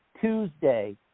Tuesday